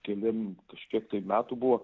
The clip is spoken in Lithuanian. keliem kažkiek tai metų buvo